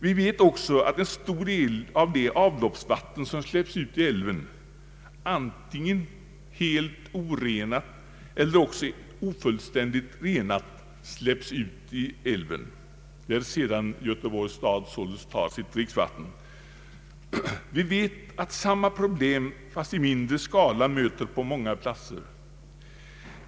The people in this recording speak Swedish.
Vi vet också att en stor del av det avloppsvatten som släpps ut i älven är antingen helt orenat eller endast ofullständigt renat. Där tar alltså Göteborgs stad sedan sitt dricksvatten. Vi vet att samma problem fast i mindre skala möter på många platser.